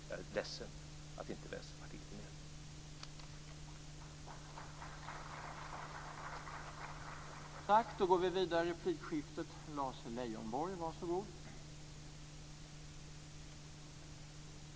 Jag är ledsen att Vänsterpartiet inte är med.